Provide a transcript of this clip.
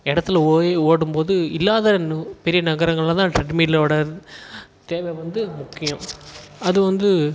இடத்துல போய் ஓடும்போது இல்லாததுனு பெரிய நகரங்களில்தான் ட்ரெட்மில் ஓட தேவை வந்து முக்கியம் அதுவந்து